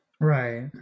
right